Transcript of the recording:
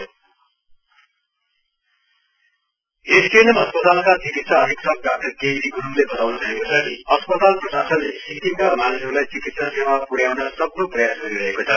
hospital shifting STNM अस्पतालका चिकित्सा अधीक्षक डाक्टर केबी ग्रूङले बताउन् भएको छ कि अस्पताल प्रशासनले सिक्किमका मानिसहरूलाई चिकित्सा सेवा प्र्याउन सक्दो प्रयास गरिरहेको छ